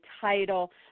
title